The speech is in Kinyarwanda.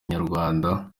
inyarwanda